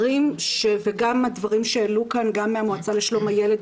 וגם הדברים שהעלו כאן מהמועצה לשלום הילד,